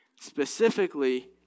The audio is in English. specifically